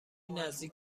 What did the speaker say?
نزدیک